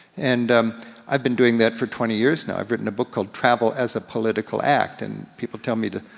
and um i've been doing that for twenty years now. i've written a book called travel as a political act, and people tell me to,